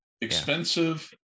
Expensive